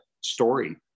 story